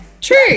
true